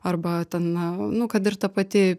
arba ten nu kad ir ta pati